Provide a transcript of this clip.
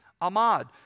Ahmad